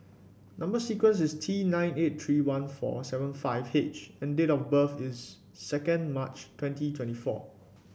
number sequence is T nine eight three one four seven five H and date of birth is second March twenty twenty four